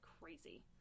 crazy